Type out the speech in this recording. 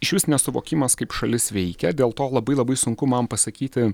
išvis nesuvokimas kaip šalis veikia dėl to labai labai sunku man pasakyti